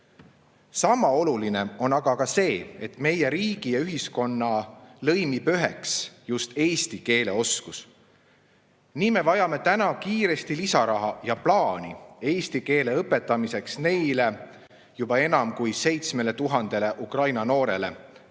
Sama oluline on aga ka see, et meie riigi ja ühiskonna lõimib üheks just eesti keele oskus. Nii me vajame täna kiiresti lisaraha ja plaani eesti keele õpetamiseks neile juba enam kui 7000 Ukraina noorele, kelle